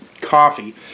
coffee